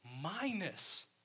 minus